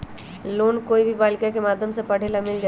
Loan कोई भी बालिका के माध्यम से पढे ला मिल जायत?